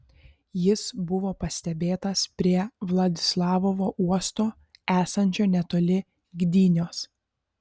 jis buvo pastebėtas prie vladislavovo uosto esančio netoli gdynios